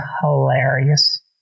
hilarious